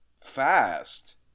fast